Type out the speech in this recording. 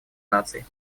наций